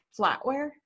flatware